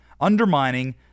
undermining